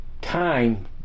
time